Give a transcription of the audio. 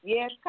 Yes